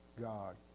God